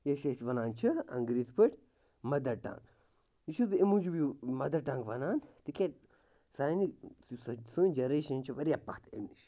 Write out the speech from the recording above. یَتھ أسۍ وَنان چھِ انٛگریٖزۍ پٲٹھۍ مَدَر ٹَنٛگ یہِ چھُس بہٕ اَمہِ موٗجوٗب یہِ مَدَر ٹَنٛگ وَنان تِکیٛازِ سانہِ یُس سٲنۍ جَنریشَن چھِ واریاہ پَتھ اَمہِ نِش